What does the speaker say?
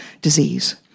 disease